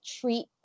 treat